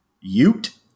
Ute